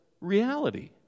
reality